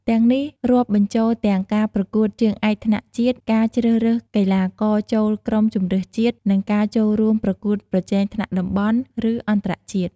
ទាំងនេះរាប់បញ្ចូលទាំងការប្រកួតជើងឯកថ្នាក់ជាតិ ការជ្រើសរើសកីឡាករចូលក្រុមជម្រើសជាតិ និងការចូលរួមប្រកួតប្រជែងថ្នាក់តំបន់ ឬអន្តរជាតិ។